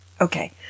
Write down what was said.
Okay